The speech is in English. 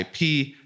IP